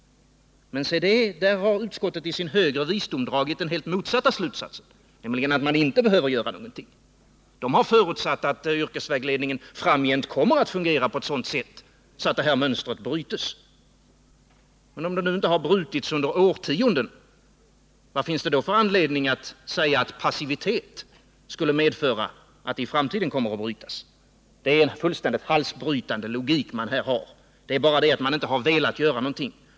Men se, där har utskottet i sin högre visdom dragit den helt motsatta slutsatsen, nämligen att man inte behöver göra någonting. Utskottet har förutsatt att yrkesvägledningen framgent kommer att fungera på ett sådant sätt att mönstret bryts. Men om det nu inte har brutits under årtionden, vad finns det då för anledning att säga att passivitet skulle medföra att det kommer att ändras i framtiden? Det är en fullständigt halsbrytande logik i utskottets resonemang. Nej, utskottet har inte velat göra någonting.